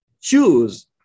choose